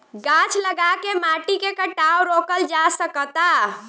गाछ लगा के माटी के कटाव रोकल जा सकता